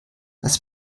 was